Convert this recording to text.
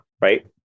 right